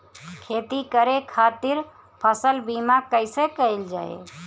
खेती करे के खातीर फसल बीमा कईसे कइल जाए?